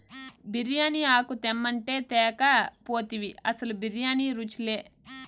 బిర్యానీ ఆకు తెమ్మంటే తేక పోతివి అసలు బిర్యానీ రుచిలే